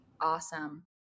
Awesome